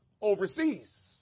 overseas